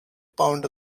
pound